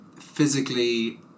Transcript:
physically